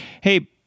hey